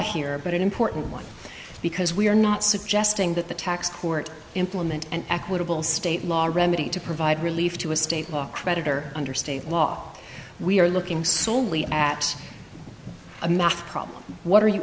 here but an important one because we are not suggesting that the tax court implement an equitable state law remedy to provide relief to a state law creditor under state law we are looking soley at a math problem what are you